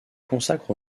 consacre